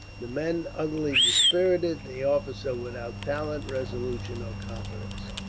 the men utterly dispirited, the officer without talent, resolution, or confidence.